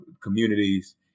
communities